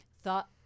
thought